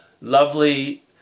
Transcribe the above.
lovely